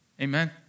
Amen